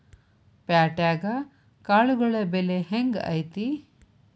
ಪ್ಯಾಟ್ಯಾಗ್ ಕಾಳುಗಳ ಬೆಲೆ ಹೆಂಗ್ ಐತಿ?